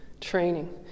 training